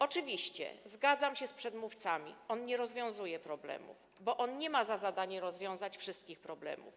Oczywiście zgadzam się z przedmówcami, że on nie rozwiązuje wszystkich problemów, bo on nie ma za zadanie rozwiązać wszystkich problemów.